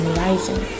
rising